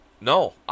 No